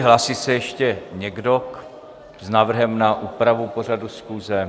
Hlásí se ještě někdo s návrhem na úpravu pořadu schůze?